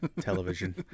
television